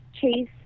chase